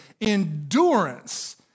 endurance